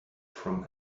from